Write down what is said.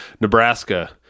Nebraska